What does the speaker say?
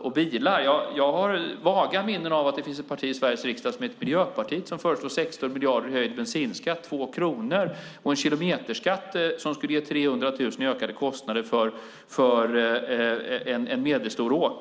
och bilar. Jag har vaga minnen av att det finns ett parti i Sveriges riksdag som heter Miljöpartiet och som föreslår 16 miljarder i höjd bensinskatt - 2 kronor - och en kilometerskatt som skulle ge 300 000 i ökade kostnader för en medelstor åkare.